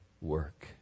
work